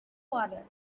water